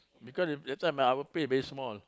because that time ah our pay very small